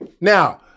Now